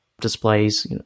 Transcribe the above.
displays